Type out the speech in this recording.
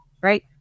right